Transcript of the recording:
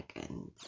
seconds